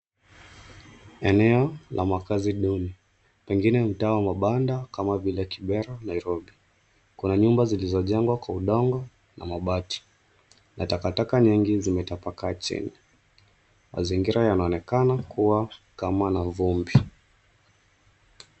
Eneo la makazi duni. Pengine mtaa wa vibanda kama vile Kibera Nairobi. Kuna nyumba zilizojengwa kwa udongo na mabati na takataka nyingi zimetapakaa chini. Mazingira yanaonekana kuwa ukame na vumbi.